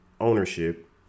Ownership